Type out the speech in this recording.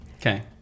Okay